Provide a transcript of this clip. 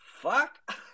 fuck